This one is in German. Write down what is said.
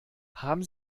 haben